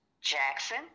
Jackson